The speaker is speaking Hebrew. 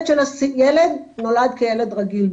ילד נולד כילד רגיל,